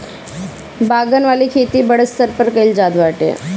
बागन वाला खेती बड़ स्तर पे कइल जाता बाटे